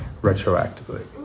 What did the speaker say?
retroactively